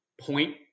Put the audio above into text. point